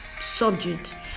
subject